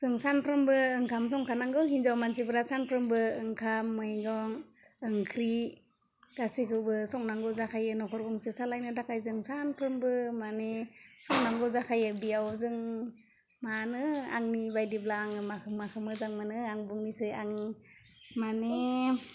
जों सानफ्रामबो ओंखाम संखा नांगौ हिन्जाव मानसिफ्रा सानफ्रामबो ओंखाम मैगं ओंख्रि गासैखौबो संनांगौ जाखायो नखर गंसे सालायनो थाखाइ जों सानफ्रामबो माने संनांगौ जाखायो बेव जों मानो आंनि बायदिब्ला आङो माखौ माखौ मोजां मोनो आं बुंनोसै आं माने